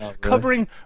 covering